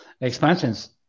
Expansions